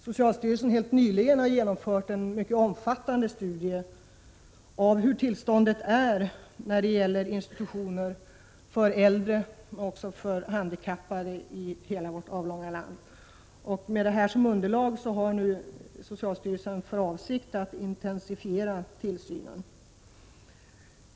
Socialstyrelsen har dock helt nyligen genomfört en mycket omfattande studie avseende tillståndet inom institutioner för äldre och även för handikappade i hela vårt land. Med denna som underlag har socialstyrelsen nu för avsikt att intensifiera tillsynen.